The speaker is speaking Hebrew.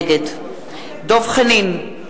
נגד דב חנין,